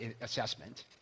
assessment